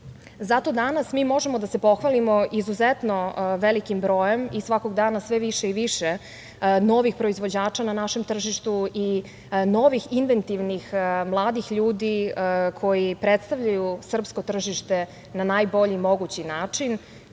danas mi možemo da se pohvalimo izuzetno velikim brojem i svakog dana sve više i više novih proizvođača na našem tržištu i novih inventivnih mladih ljudi koji predstavljaju srpsko tržište na najbolji mogući način,